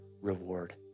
reward